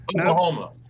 Oklahoma